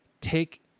take